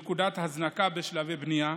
נקודת הזנקה בשלבי בנייה,